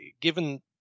given